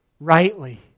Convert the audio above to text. rightly